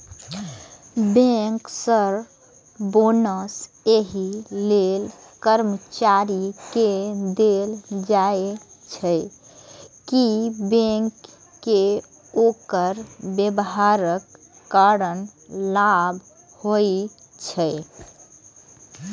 bankers bonus एहि लेल कर्मचारी कें देल जाइ छै, कि बैंक कें ओकर व्यवहारक कारण लाभ होइ छै